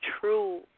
true